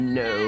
no